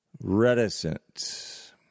reticent